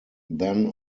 then